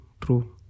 true